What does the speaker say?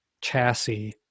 chassis